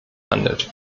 handelt